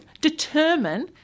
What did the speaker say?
determine